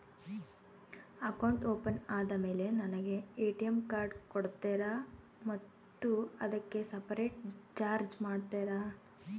Account open ಆದಮೇಲೆ ನನಗೆ ATM card ಕೊಡ್ತೇರಾ ಮತ್ತು ಅದಕ್ಕೆ ಸಪರೇಟ್ ಚಾರ್ಜ್ ಮಾಡ್ತೇರಾ?